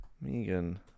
Megan